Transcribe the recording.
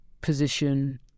position